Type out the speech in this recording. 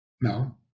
no